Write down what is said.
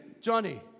Johnny